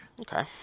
Okay